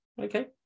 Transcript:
Okay